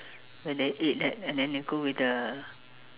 when they eat that and then they go with the